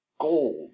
gold